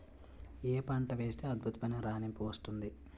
ఏ పంట వేస్తే అద్భుతమైన రాణింపు వస్తుంది?